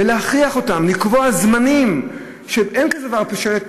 ולהכריח אותם לקבוע זמנים, שלא יהיה כזה דבר שלט